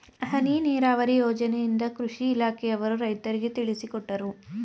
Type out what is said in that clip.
ಹನಿ ನೀರಾವರಿ ಯೋಜನೆಯಿಂದ ಕೃಷಿ ಇಲಾಖೆಯವರು ರೈತರಿಗೆ ತಿಳಿಸಿಕೊಟ್ಟರು